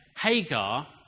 Hagar